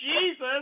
Jesus